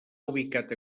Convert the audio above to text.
ubicat